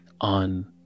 on